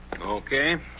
Okay